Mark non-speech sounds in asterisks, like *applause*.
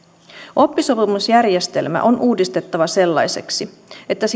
oppisopimusjärjestelmä on uudistettava sellaiseksi että *unintelligible*